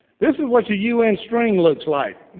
this is what your un string looks like.